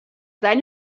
seine